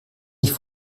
ich